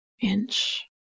inch